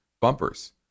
bumpers